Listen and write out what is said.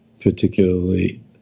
particularly